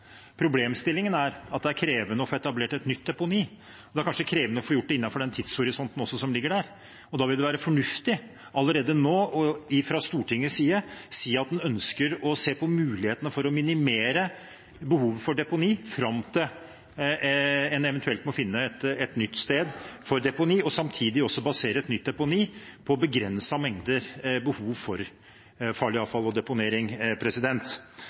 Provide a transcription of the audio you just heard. Problemstillingen er at det er krevende å få etablert et nytt deponi, og det er kanskje også krevende å få gjort det innenfor den tidshorisonten som ligger der. Da vil det være fornuftig fra Stortingets side allerede nå å si at en ønsker å se på mulighetene for å minimere behovet for deponi fram til en eventuelt må finne et nytt sted for deponi, og samtidig også basere et nytt deponi på begrenset behov for farlig avfall og deponering.